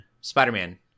Spider-Man